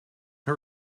how